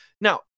Now